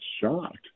shocked